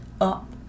up